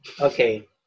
Okay